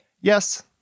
Yes